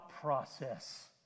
process